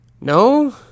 No